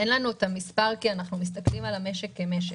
אין לנו את המספר כי אנחנו מסתכלים על המשק כמשק,